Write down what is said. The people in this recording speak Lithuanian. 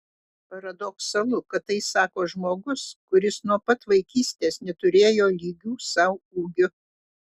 paradoksalu kad tai sako žmogus kuris nuo pat vaikystės neturėjo lygių sau ūgiu